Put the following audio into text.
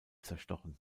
zerstochen